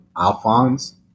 Alphonse